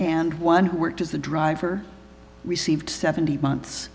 and one who worked as a driver received seventy months